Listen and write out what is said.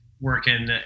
working